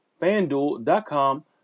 fanduel.com